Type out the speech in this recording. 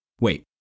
Wait